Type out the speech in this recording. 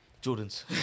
Jordan's